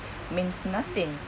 means nothing